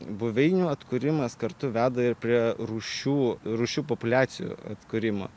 buveinių atkūrimas kartu veda ir prie rūšių rūšių populiacijų atkūrimo